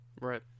right